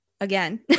again